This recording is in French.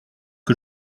que